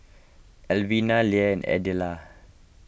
Elvina Leigh Adella